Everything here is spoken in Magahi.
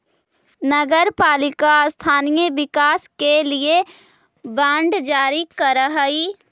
नगर पालिका स्थानीय विकास के लिए बांड जारी करऽ हई